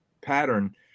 pattern